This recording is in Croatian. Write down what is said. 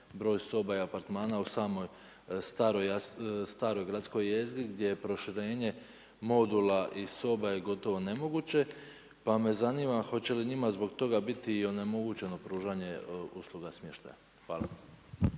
broj soba i apartmana u samoj staroj gradskoj jezgri gdje je proširenje modula i soba je gotovo nemoguće. Pa me zanima, hoće li njima zbog toga biti onemogućeno pružanje usluga smještaja? Hvala.